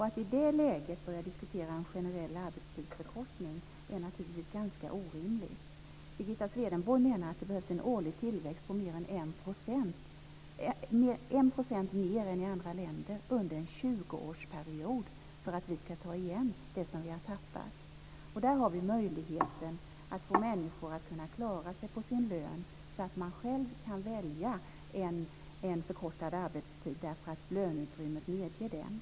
Att i det läget börja diskutera en generell arbetstidsförkortning är naturligtvis ganska orimligt. Birgitta Swedenborg menar att det behövs en årlig tillväxt på 1 % mer än i andra länder under en 20-årsperiod för att vi ska ta igen det som vi har tappat. Där har vi möjligheten att få människor att klara sig på sin lön så att de själva kan välja en förkortad arbetstid därför att löneutrymmet medger det.